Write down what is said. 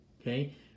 Okay